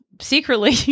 secretly